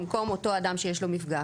במקום אותו אדם שיש לו מפגע,